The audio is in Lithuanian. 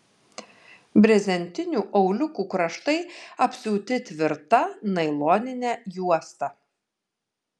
brezentinių auliukų kraštai apsiūti tvirta nailonine juosta